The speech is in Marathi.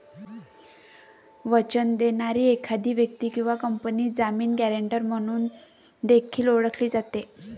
वचन देणारी एखादी व्यक्ती किंवा कंपनी जामीन, गॅरेंटर म्हणून देखील ओळखली जाते